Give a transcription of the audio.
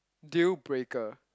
deal breaker